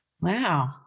Wow